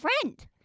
friend